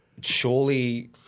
surely